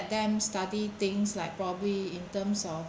them study things like probably in terms of